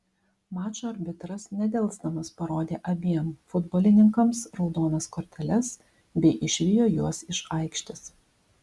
mačo arbitras nedelsdamas parodė abiem futbolininkams raudonas korteles bei išvijo juos iš aikštės